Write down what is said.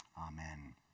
amen